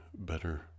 better